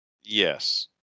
Yes